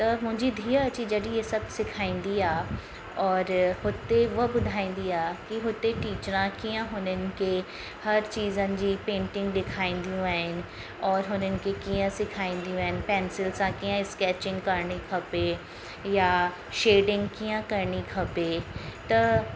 त मुंहिंजी धीअ अची जॾहिं इअं सभु सेखारींदी आहे और हुते उहा ॿुधाईंदी आहे कि हुते टीचरा कीअं हुननि खे हर चीजनि जी पेंटिंग ॾेखारींदियूं आहिनि और उन्हनि खे कीअं सेखारींदियूं आहिनि पैंसिल सां कीअं स्कैचिंग करिणी खपे या शेडिंग कीअं करिणी खपे त